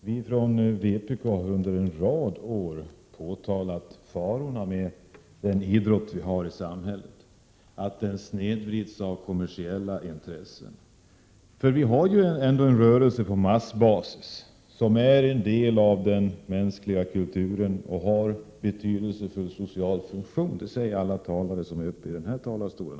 Herr talman! Vi från vpk har under en rad år påtalat farorna med den idrott som vi har i samhället. Vi menar att den snedvrids av kommersiella intressen. Idrotten är ändå en rörelse som har sin bas i den breda massan, som är en del av den mänskliga kulturen och har en betydelsefull social funktion — det säger ju också alla talare som är uppe i denna talarstol.